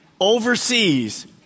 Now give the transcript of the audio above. overseas